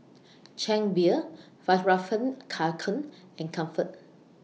Chang Beer Fjallraven Kanken and Comfort